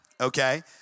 okay